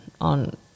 on